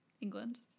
England